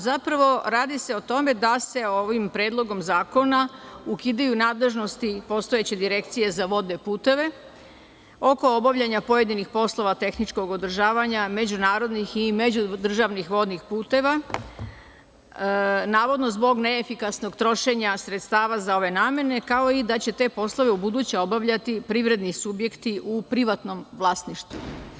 Zapravo, radi se o tome da se ovim Predlogom zakona ukidaju nadležnosti postojeće Direkcije za vodne puteve oko obavljanja pojedinih poslova tehničkog održavanja međunarodnih i međudržavnih vodnih puteva, navodno zbog neefikasnog trošenja sredstava za ove namene, kao i da će te poslove ubuduće obavljati privredni subjekti u privatnom vlasništvu.